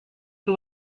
who